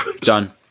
Done